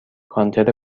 کانتر